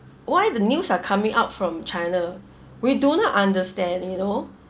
why the news are coming out from china we do not understand you know